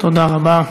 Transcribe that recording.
תודה רבה.